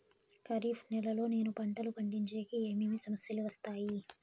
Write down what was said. ఖరీఫ్ నెలలో నేను పంటలు పండించేకి ఏమేమి సమస్యలు వస్తాయి?